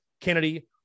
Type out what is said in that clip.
Kennedy